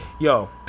Yo